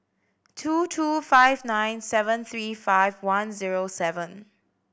two two five nine seven three five one zero seven